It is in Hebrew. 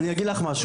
אני אגיד לך משהו,